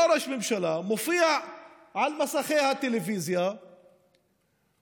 אותו ראש ממשלה מופיע על מסכי הטלוויזיה ומהדהד